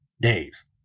days